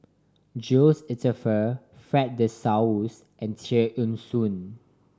Jules Itier Fred De Souza and Tear Ee Soon